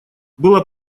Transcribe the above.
было